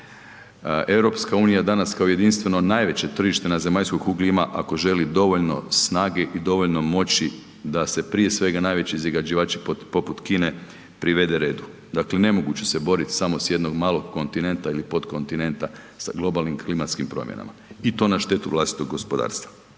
EU danas kao jedinstveno najveće tržište na zemaljskoj kugli ima ako želi dovoljno snage i dovoljno moći da se prije svega najveći zagađivači poput Kine privede redu. Dakle nemoguće se boriti samo s jednog malog kontinenta ili podkontinenta sa globalnim klimatskim promjenama i to na štetu vlastitog gospodarstva.